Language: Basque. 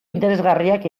interesgarriak